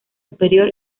superior